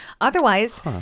Otherwise